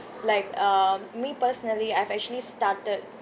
like um me personally I've actually started